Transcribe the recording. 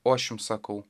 o aš jum sakau